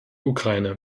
ukraine